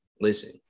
Listen